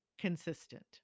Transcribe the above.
consistent